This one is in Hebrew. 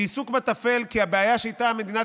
היא עיסוק בטפל כי הבעיה שאיתה מדינת